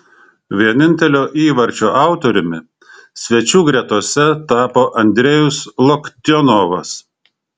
vienintelio įvarčio autoriumi svečių gretose tapo andrejus loktionovas